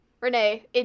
Renee